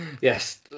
Yes